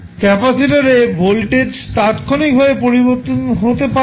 capacitor এ voltage তাত্ক্ষণিকভাবে পরিবর্তন হতে পারে না